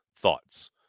Thoughts